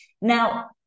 Now